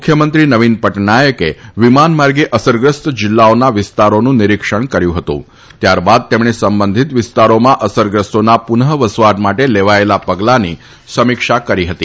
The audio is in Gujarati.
મુખ્યમંત્રી નવીન પટનાયકે વિમાન માર્ગે અસરગ્રસ્ત જિલ્લાઓના વિસ્તારોનું નિરિક્ષણ કર્યું હતું ત્યારબાદ તેમણે સંબંધિત વિસ્તારોમાં અસરગ્રસ્તોના પુનઃ વસવાટ માટે લેવાયેલા પગલાંની સમિક્ષા કરી હતી